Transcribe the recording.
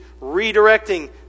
redirecting